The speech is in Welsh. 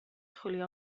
chwilio